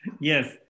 Yes